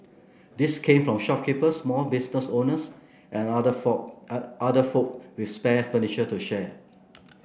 these came from shopkeepers small business owners and other folk other folk with spare furniture to share